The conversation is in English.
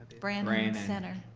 brannon brannon center.